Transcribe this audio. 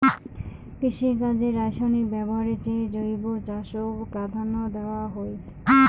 কৃষিকাজে রাসায়নিক ব্যবহারের চেয়ে জৈব চাষক প্রাধান্য দেওয়াং হই